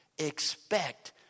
Expect